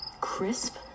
crisp